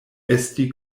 esti